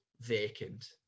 vacant